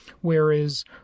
whereas